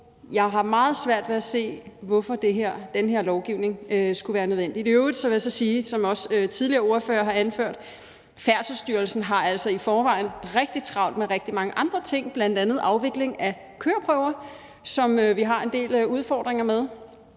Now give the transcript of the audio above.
Jeg har meget svært ved at se, hvorfor den her lovgivning skulle være nødvendig. I øvrigt vil jeg sige, som også tidligere ordførere har anført, at Færdselsstyrelsen altså i forvejen har rigtig travlt med rigtig mange andre ting, bl.a. afviklingen af køreprøver, som vi mildest talt har en del udfordringer med.